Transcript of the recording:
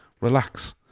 relax